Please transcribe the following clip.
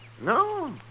No